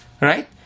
Right